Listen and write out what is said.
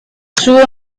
suo